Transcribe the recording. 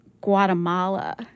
Guatemala